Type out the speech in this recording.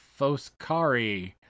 Foskari